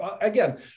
again